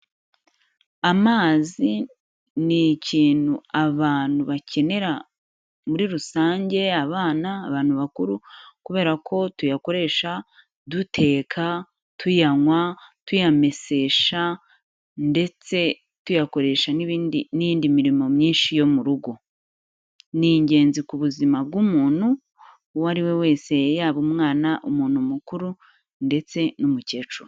Amazi ni ikintu abantu bakenera muri rusange, abana, abantu bakuru, kubera ko tuyakoresha duteka, tuyanywa, tuyamesesha ndetse tuyakoresha n' n'indi mirimo myinshi yo mu rugo, ni ingenzi ku buzima bw'umuntu uwo ari we wese, yaba umwana, umuntu mukuru ndetse n'umukecuru.